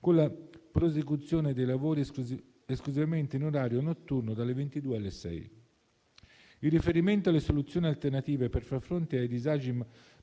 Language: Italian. con la prosecuzione dei lavori esclusivamente in orario notturno dalle 22 alle 6. In riferimento alle soluzioni alternative per far fronte ai disagi maturati